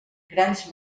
grans